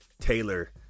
Taylor